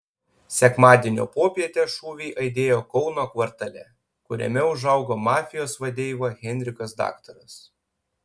sekmadienio popietę šūviai aidėjo kauno kvartale kuriame užaugo mafijos vadeiva henrikas daktaras